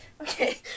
Okay